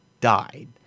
died